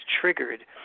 triggered